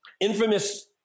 infamous